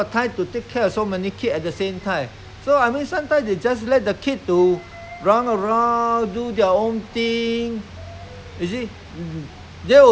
but I mean the the generation they bring up may not compare to now nowadays the kid may not be as good as nowadays the kid lah I mean you give them the comforta~